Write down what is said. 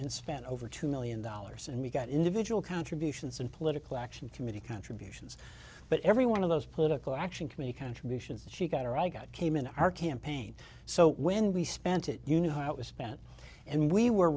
and spent over two million dollars and we got individual contributions and political action committee contributions but every one of those political action committee contributions that she got or i got came into our campaign so when we spent it you know it was spent and we were